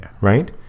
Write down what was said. Right